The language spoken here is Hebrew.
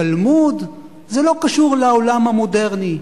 תלמוד, זה לא קשור לעולם המודרני.